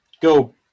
go